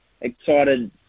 excited